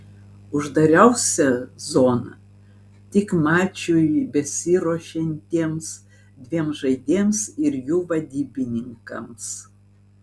uždariausia zona tik mačui besiruošiantiems dviem žaidėjams ir jų vadybininkams